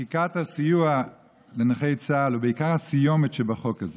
חקיקת הסיוע לנכי צה"ל, ובעיקר הסיומת שבחוק הזה,